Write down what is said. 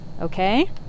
okay